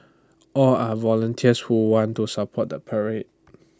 all are volunteers who want to support the parade